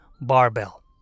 barbell